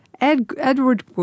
Edward